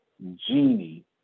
genie